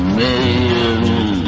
millions